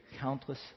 countless